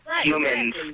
humans